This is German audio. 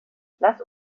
lass